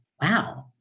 wow